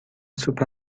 سوپ